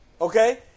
Okay